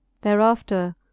Thereafter